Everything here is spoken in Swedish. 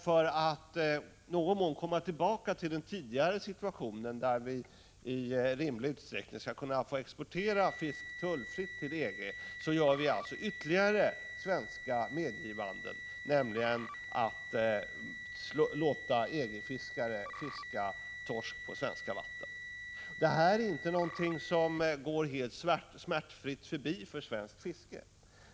För att i någon mån komma tillbaka till den tidigare situationen, så att vi i rimlig utsträckning skall kunna exportera fisk tullfritt till EG, gör vi alltså ytterligare ett svenskt medgivande, nämligen att låta EG-fiskare fiska torsk på svenska vatten. Detta är inte någonting som går helt smärtfritt förbi för svenskt fiske.